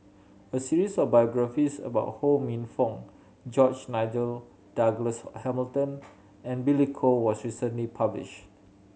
a series of biographies about Ho Minfong George Nigel Douglas Hamilton and Billy Koh was recently published